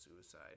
suicide